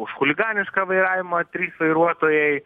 už chuliganišką vairavimą trys vairuotojai